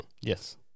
yes